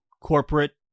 corporate